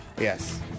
Yes